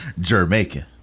Jamaican